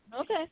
Okay